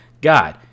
God